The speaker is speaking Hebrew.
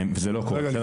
זה לא קורה.